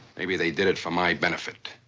maybe they did it for my benefit.